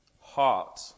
heart